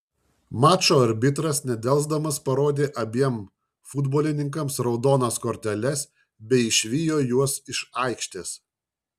mačo arbitras nedelsdamas parodė abiem futbolininkams raudonas korteles bei išvijo juos iš aikštės